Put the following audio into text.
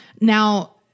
Now